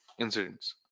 incidents